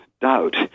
doubt